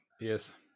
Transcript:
Yes